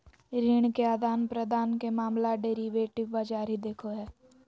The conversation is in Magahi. ऋण के आदान प्रदान के मामला डेरिवेटिव बाजार ही देखो हय